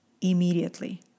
immediately